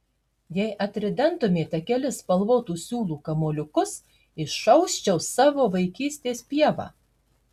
jei atridentumėte kelis spalvotų siūlų kamuoliukus išausčiau savo vaikystės pievą